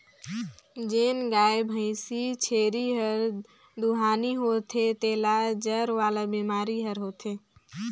जेन गाय, भइसी, छेरी हर दुहानी होथे तेला जर वाला बेमारी हर होथे